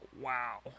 wow